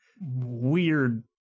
weird